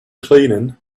cleaning